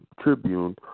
Tribune